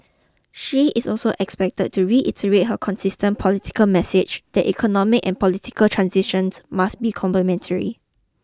she is also expected to reiterate her consistent political message that economic and political transitions must be complementary